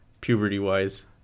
puberty-wise